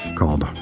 called